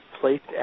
placed